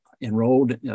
enrolled